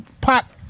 pop